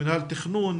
מינהל תכנון,